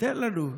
תן לנו.